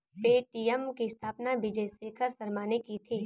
Paytm की स्थापना विजय शेखर शर्मा ने की थी